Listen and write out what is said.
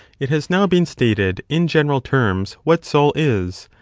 it has now been stated in general terms what soul is,